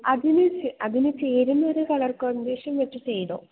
അതിന് ചേ അതിനു ചേരുന്നൊരു കളർ കോമ്പിനേഷൻ വെച്ച് ചെയ്തോ